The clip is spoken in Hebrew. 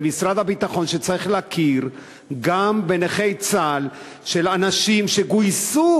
זה משרד הביטחון שצריך להכיר גם בנכי צה"ל שהם אנשים שגויסו